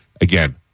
again